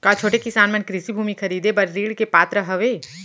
का छोटे किसान मन कृषि भूमि खरीदे बर ऋण के पात्र हवे?